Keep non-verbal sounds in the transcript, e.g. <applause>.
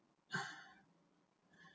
<noise>